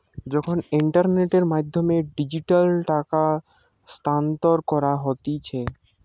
যখন ইন্টারনেটের মাধ্যমে ডিজিটালি টাকা স্থানান্তর করা হতিছে